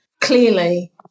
Clearly